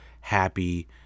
happy